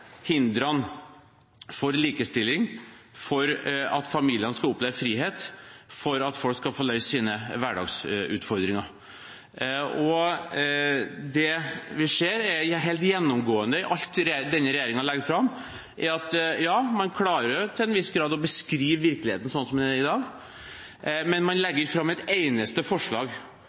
hindrene for likestilling, for at familiene skal oppleve frihet, for at folk skal få løst sine hverdagsutfordringer. Det vi ser er helt gjennomgående i alt det denne regjeringen legger fram, er at ja, man klarer til en viss grad å beskrive virkeligheten sånn som den er i dag, men man legger ikke fram et eneste forslag